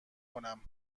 کنم